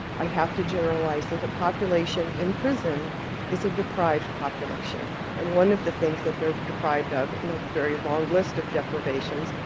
i have to generalize that the population in prison is a deprived population and one of the things that they're deprived of, in a very long list of depravations,